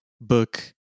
book